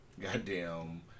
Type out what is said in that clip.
goddamn